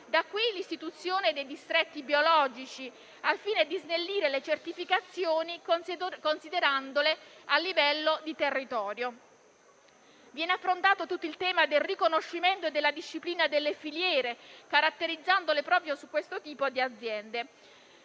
da qui l'istituzione dei distretti biologici, al fine di snellire le certificazioni, considerandole a livello di territorio. Viene affrontato tutto il tema del riconoscimento e della disciplina delle filiere, caratterizzandole proprio su questo tipo di aziende.